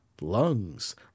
lungs